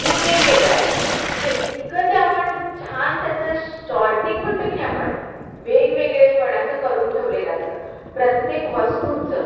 ते वेगवेगळं आहे जे इतकं ते आपण छान त्याचं शॉर्टिंग म्हणतो किनई आपण वेगवेगळे पण असं करून ठेवलेलं असतं प्रत्येक वस्तूंचं